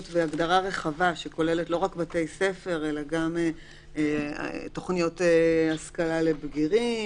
והיא הגדרה רחבה שכוללת לא רק בתי ספר אלא גם תוכניות השכלה לבגירים,